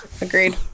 Agreed